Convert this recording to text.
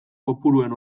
kopuruen